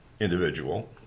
individual